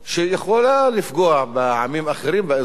שיכולה לפגוע בעמים אחרים באזור,